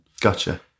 Gotcha